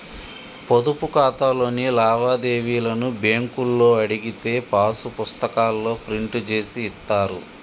పొదుపు ఖాతాలోని లావాదేవీలను బ్యేంకులో అడిగితే పాసు పుస్తకాల్లో ప్రింట్ జేసి ఇత్తారు